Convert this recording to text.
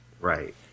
Right